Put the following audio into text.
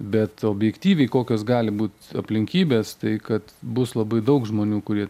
bet objektyviai kokios gali būt aplinkybės tai kad bus labai daug žmonių kurie